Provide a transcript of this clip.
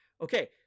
Okay